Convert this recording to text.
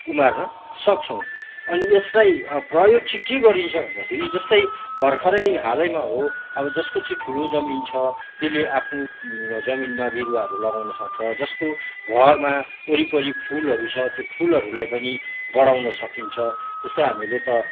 उमार्नसक्छौँ अनि यसलाई प्रयोग चाहिँ के गरिन्छ भन्दाखेरि जस्तै भर्खरै हालैमा हो जसको चाहिँ ठुलो जमिन छ त्यसले आफ्नो जमिनमा बिरुवाहरू लगाउनसक्छ जसको घरमा वरिपरि फुलहरू छ त्यो फुलहरूलाई पनि बढाउन सकिन्छ जस्तै हामीले त